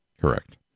Correct